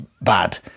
bad